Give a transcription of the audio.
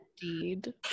deed